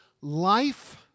life